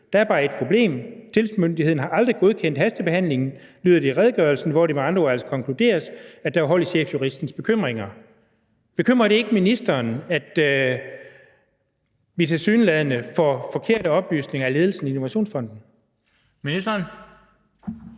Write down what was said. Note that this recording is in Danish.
Der var bare ét problem. Tilsynsmyndigheden har aldrig godkendt hastebehandlingen, lyder det i redegørelsen, hvor det med andre ord altså konkluderes, at der var hold i chefjuristens bekymring.« Bekymrer det ikke ministeren, at vi tilsyneladende får forkerte oplysninger af ledelsen i Innovationsfonden? Kl.